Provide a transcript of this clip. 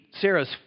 Sarah's